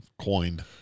coined